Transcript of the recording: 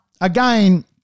again